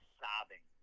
sobbing